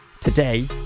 Today